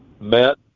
met